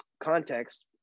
context